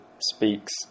speaks